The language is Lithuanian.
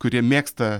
kurie mėgsta